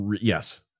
yes